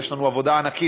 עוד יש לנו עבודה ענקית.